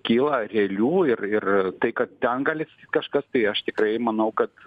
kyla realių ir ir tai kad ten gali kažkas tai aš tikrai manau kad